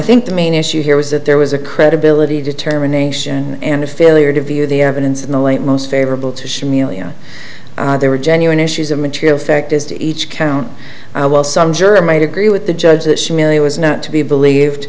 think the main issue here was that there was a credibility determination and a failure to view the evidence in the light most favorable to show me there were genuine issues of material fact as to each count while some juror might agree with the judge that she really was not to be believed